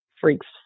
freaks